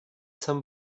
some